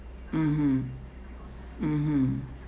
mmhmm mmhmm